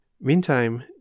Meantime